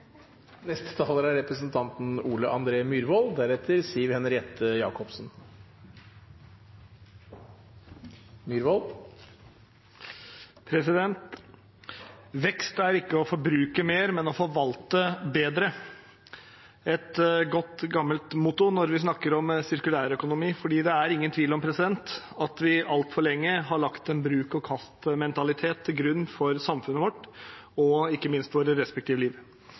Vekst er ikke å forbruke mer, men å forvalte bedre – et godt, gammelt motto når vi snakker om sirkulærøkonomi. Det er ingen tvil om at vi altfor lenge har lagt en bruk-og-kast-mentalitet til grunn for samfunnet vårt og, ikke minst, for våre respektive liv.